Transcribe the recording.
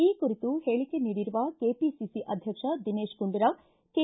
ಈ ಕುರಿತು ಹೇಳಿಕೆ ನೀಡಿರುವ ಕೆಪಿಸಿಸಿ ಅಧ್ಯಕ್ಷ ದಿನೇತ್ ಗುಂಡೂರಾವ್ ಕೆ